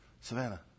Savannah